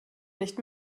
nicht